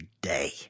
day